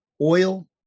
oil